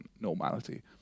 normality